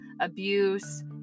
abuse